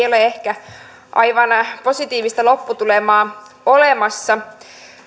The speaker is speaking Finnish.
ole ehkä aivan positiivista lopputulemaa olemassa